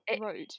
road